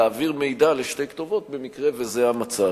להעביר מידע לשתי כתובות במקרה שזה המצב.